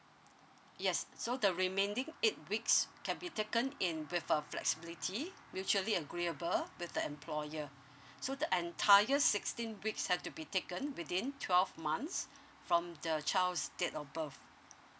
yes so the remaining eight weeks can be taken in with a flexibility mutually agreeable with the employer so the entire sixteen weeks have to be taken within twelve months from the child's date of birth